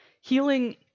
Healing